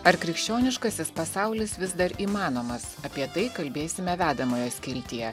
ar krikščioniškasis pasaulis vis dar įmanomas apie tai kalbėsime vedamojo skiltyje